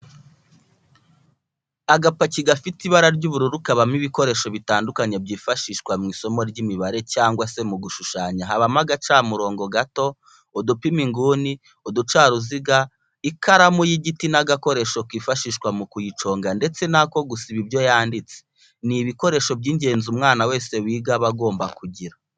Agapaki gafite ibara ry'ubururu kabamo ibikoresho bitandukanye byifashishwa mu isomo ry'imibare cyangwa se mu gushushanya habamo agacamurongo gato, udupima inguni, uducaruziga, iikaramu y'igiti n'agakoresho kifashishwa mu kuyiconga ndetse n'ako gusiba ibyo yanditse, ni ibikoresho by'ingenzi umwana wese wiga aba agomba kugira.